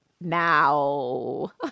now